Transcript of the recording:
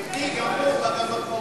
גברתי, גם פה, יש גם באופוזיציה.